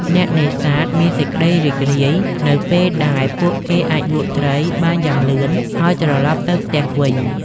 អ្នកនេសាទមាន សេចក្តីរីករាយ នៅពេលដែលពួកគេអាចលក់ត្រីបានយ៉ាងលឿនហើយត្រឡប់ទៅផ្ទះវិញ។